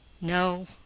No